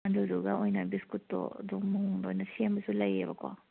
ꯑꯗꯨꯗꯨꯒ ꯑꯣꯏꯅ ꯕꯤꯁꯀꯤꯠꯇꯣ ꯑꯗꯨꯝ ꯂꯣꯏꯅ ꯁꯦꯝꯕꯁꯨ ꯂꯩꯌꯦꯕꯀꯣ